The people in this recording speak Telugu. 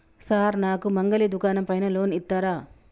సార్ నాకు మంగలి దుకాణం పైన లోన్ ఇత్తరా?